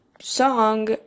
song